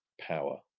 power